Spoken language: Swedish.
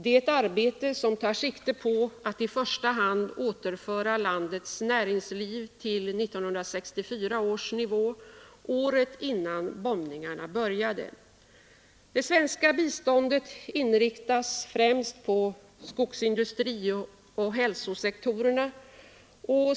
Det är ett arbete som tar sikte på att i första hand återföra landets näringsliv till 1964 års nivå — året innan bombningarna började. Det svenska biståndet inriktas främst på skogsindustrioch hälsosektorerna.